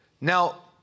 now